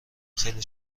خیلی